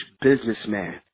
businessman